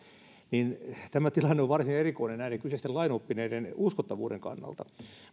niin tämä tilanne on varsin erikoinen näiden kyseisten lainoppineiden uskottavuuden kannalta